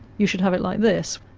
you should have it like this'.